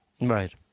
Right